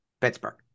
Pittsburgh